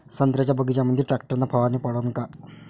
संत्र्याच्या बगीच्यामंदी टॅक्टर न फवारनी परवडन का?